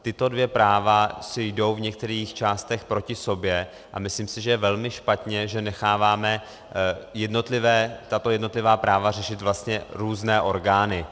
Tato dvě práva si jdou v některých částech proti sobě a myslím si, že je velmi špatně, že necháváme tato jednotlivá práva řešit vlastně různé orgány.